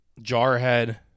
Jarhead